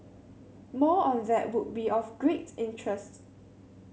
more on that would be of great interest